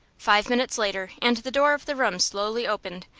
five minutes later and the door of the room slowly opened,